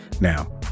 Now